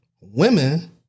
Women